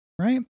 Right